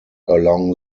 along